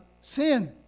sin